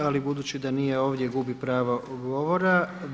Ali budući da nije ovdje gubi pravo govora.